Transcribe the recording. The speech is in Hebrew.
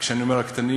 כשאני אומר "הקטנים",